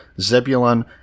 Zebulon